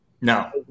No